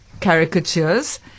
caricatures